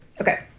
Okay